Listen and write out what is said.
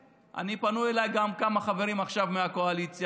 פנו אליי גם כמה חברים עכשיו מהקואליציה,